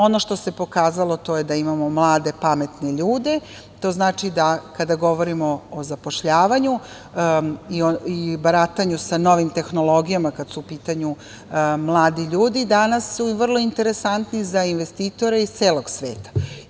Ono što se pokazalo, to je da imamo mlade, pametne ljude, to znači da kada govorimo o zapošljavanju i baratanju sa novim tehnologijama, kada su u pitanju mladi ljudi, danas su vrlo interesantni za investitore iz celog sveta.